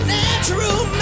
natural